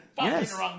Yes